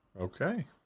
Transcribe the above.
Okay